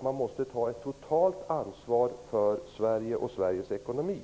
Man måste ta ett totalt ansvar för Sverige och Sveriges ekonomi.